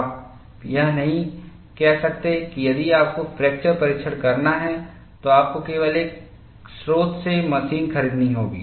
आप यह नहीं कह सकते हैं यदि आपको फ्रैक्चर परीक्षण करना है तो आपको केवल एक स्रोत से मशीन खरीदनी होगी